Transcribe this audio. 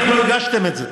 איך לא הגשתם את זה?